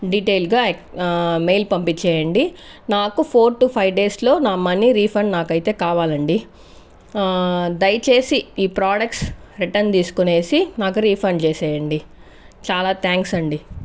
detail గా mail పంపించేయండి నాకు ఫోర్ టు ఫైవ్ డేస్ లో నా మనీ రిఫండ్ నాకైతే కావాలండి దయచేసి ఈ ప్రొడక్ట్స్ రిటర్న్ తీసుకునేసి నాకు రిఫండ్ చేసేయండి చాలా థాంక్స్ అండి